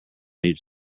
each